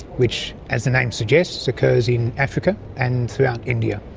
which as the name suggests occurs in africa and throughout india.